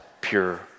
pure